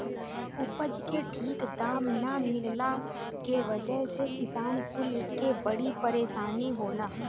उपज के ठीक दाम ना मिलला के वजह से किसान कुल के बड़ी परेशानी होला